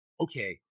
okay